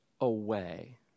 away